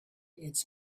its